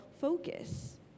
Focus